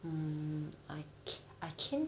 mm I I can